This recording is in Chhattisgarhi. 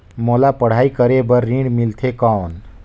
मोला पढ़ाई करे बर ऋण मिलथे कौन?